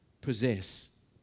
possess